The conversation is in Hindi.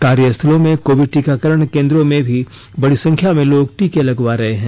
कार्यस्थलों में कोविड टीकाकरण केन्द्रों में भी बड़ी संख्या में लोग टीके लगवा रहे हैं